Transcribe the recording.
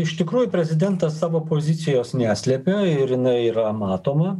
iš tikrųjų prezidentas savo pozicijos neslepia ir jina yra matoma